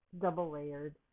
double-layered